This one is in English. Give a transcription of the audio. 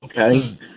Okay